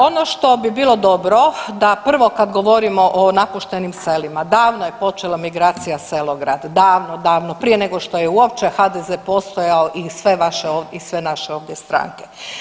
Ono što bi bilo dobro da prvo kad govorimo o napuštenim selima davno je počela migracija selo-grad, davno, davno prije nego što je uopće HDZ postojao i sve naše ovdje stranke.